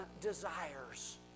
desires